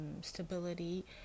stability